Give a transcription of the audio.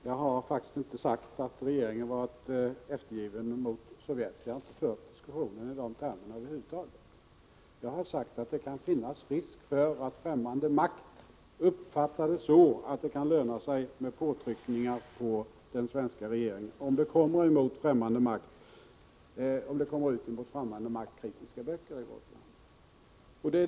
Fru talman! Jag har inte sagt att regeringen har varit eftergiven mot Sovjet. Jag har över huvud taget inte fört diskussionen i de termerna. Vad jag har sagt är att det kan finnas risk för att ffämmande makt uppfattar det så att det kan löna sig med påtryckningar på den svenska regeringen om det i vårt land kommer ut böcker som är kritiska mot främmande makt.